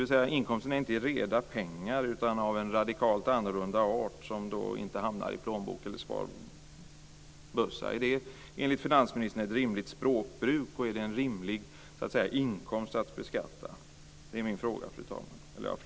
Inkomsten består inte av reda pengar utan av en radikalt annorlunda art som inte hamnar i plånboken eller i sparbössan. Är det enligt finansministern ett rimligt språkbruk, och är det en rimlig inkomst att beskatta? Det är min fråga.